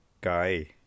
guy